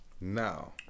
Now